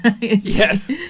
Yes